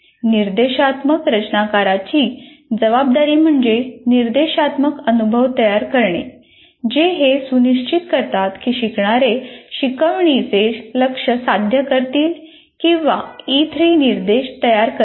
निर्देशात्मक रचनाकाराची जबाबदारी म्हणजे निर्देशात्मक अनुभव तयार करणे जे हे सुनिश्चित करतात की शिकणारे शिकवणीचे लक्ष्य साध्य करतील किंवा ई 3 निर्देश तयार करतील